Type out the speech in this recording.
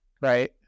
right